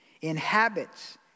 inhabits